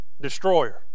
Destroyer